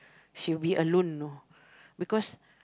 she will be alone you know because